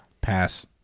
Pass